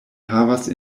havas